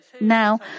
Now